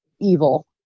evil